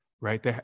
right